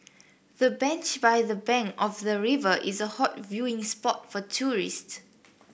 the bench by the bank of the river is a hot viewing spot for tourists